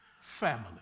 family